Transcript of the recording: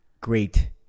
great